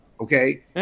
Okay